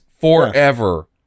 forever